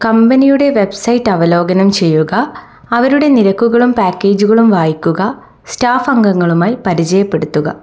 കമ്പനിയുടെ വെബ്സൈറ്റ് അവലോകനം ചെയ്യുക അവരുടെ നിരക്കുകളും പാക്കേജുകളും വായിക്കുക സ്റ്റാഫ് അംഗങ്ങളുമായി പരിചയപ്പെടുത്തുക